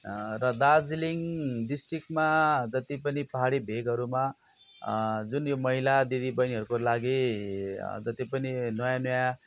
र दार्जिलिङ डिस्ट्रिक्टमा जति पनि पहाडी भेगहरूमा जुन यो महिला दिदी बहिनीहरूको लागि जति पनि नयाँ नयाँ